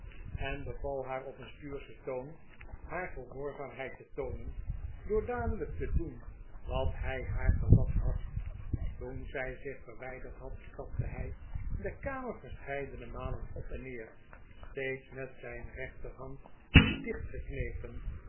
en beval haar op een stuurschen toon haar gehoorzaamheid te toonen door dadelijk te doen wat hij haar gelast had toen zij zich verwijderd had stapte hij de kamer verscheidene malen op en neer steeds met zijn rechterhand